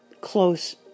close